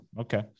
okay